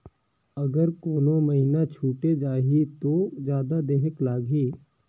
अगर कोनो महीना छुटे जाही तो जादा देहेक लगही?